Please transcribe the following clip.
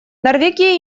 норвегия